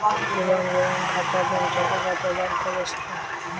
देवाण घेवाण खातापण चालू खात्यासारख्याच असता